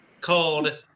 called